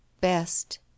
best